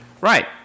Right